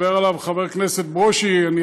שחבר הכנסת ברושי מדבר עליו,